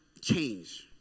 change